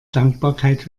dankbarkeit